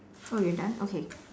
oh we are done okay